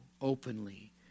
openly